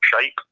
shape